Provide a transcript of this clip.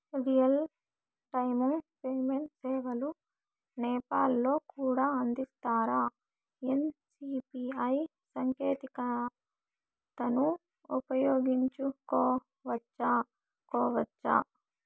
Real time payment సేవలు నేపాల్ లో కూడా అందిస్తారా? ఎన్.సి.పి.ఐ సాంకేతికతను ఉపయోగించుకోవచ్చా కోవచ్చా?